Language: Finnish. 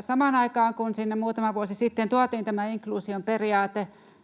Samaan aikaan, kun sinne muutama vuosi sitten tuotiin tämä inkluusion periaate,